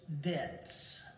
debts